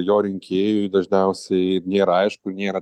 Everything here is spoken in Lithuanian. jo rinkėjui dažniausiai nėra aišku nėra